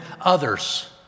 others